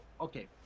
Okay